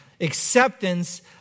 acceptance